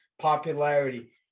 popularity